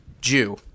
Jew